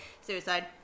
Suicide